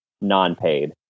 non-paid